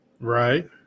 Right